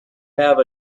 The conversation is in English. have